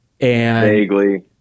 Vaguely